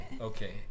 Okay